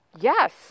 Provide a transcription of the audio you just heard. yes